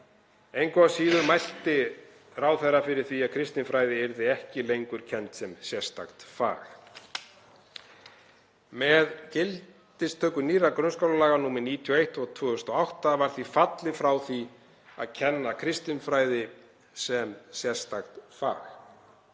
Engu að síður mælti ráðherra fyrir því að kristinfræði yrði ekki lengur kennd sem sérstakt fag. Með gildistöku nýrra grunnskólalaga, nr. 91/2008, var því fallið frá því að kenna kristinfræði sem sérstakt fag.